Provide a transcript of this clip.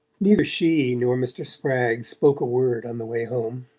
neither she nor mr. spragg spoke a word on the way home